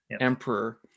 Emperor